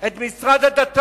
את משרד הדתות,